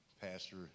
Pastor